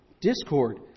discord